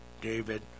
David